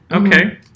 Okay